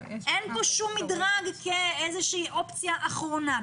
אין כאן מדרג כאיזושהי אופציה אחרונה.